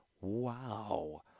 Wow